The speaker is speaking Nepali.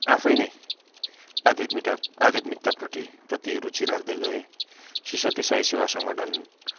आफै नै आध्यामिटा आध्यात्मिकता प्रटी प्रति रुचि राख्दै गएँ श्री सत्य साई सेवा सङ्गठन